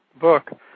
book